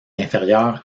inférieure